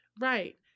Right